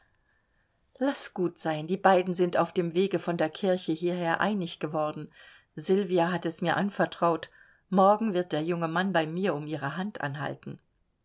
laß gut sein die beiden sind auf dem wege von der kirche hierher einig geworden sylvia hat es mir anvertraut morgen wird der junge mann bei mir um ihre hand anhalten